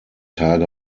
tage